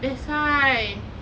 that's why